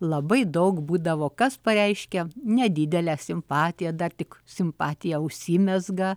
labai daug būdavo kas pareiškia nedidelę simpatiją dar tik simpatija užsimezga